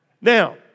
Now